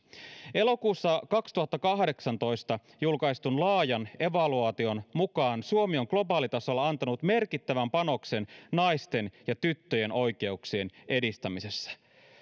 elokuussa kaksituhattakahdeksantoista julkaistun laajan evaluaation mukaan suomi on globaalitasolla antanut merkittävän panoksen naisten ja tyttöjen oikeuksien edistämisessä